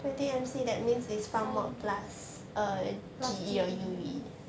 pharm mod plus G_E